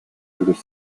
между